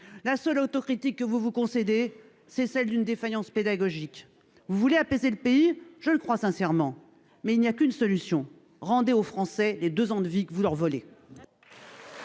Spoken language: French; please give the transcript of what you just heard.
La seule autocritique que vous nous concédez est celle d'une défaillance pédagogique. Vous voulez apaiser le pays ? Je le crois sincèrement. Mais il n'y a qu'une solution : rendez aux Français les deux ans de vie que vous leur volez